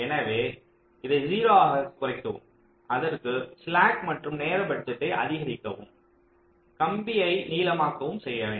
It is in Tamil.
எனவே இதை 0 ஆகக் குறைக்கவும் அதற்கு ஸ்லாக் மற்றும் நேர பட்ஜெட்டை அதிகரிக்கவும் கம்பியை நீளமாக்கவும் செய்ய வேண்டும்